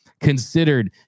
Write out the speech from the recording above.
considered